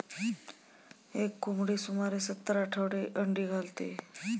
एक कोंबडी सुमारे सत्तर आठवडे अंडी घालते